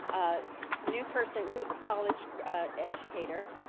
ah new person, new college educator,